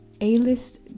A-list